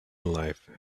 life